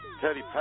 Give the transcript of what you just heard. Teddy